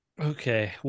Okay